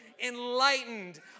enlightened